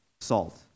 salt